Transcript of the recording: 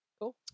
Cool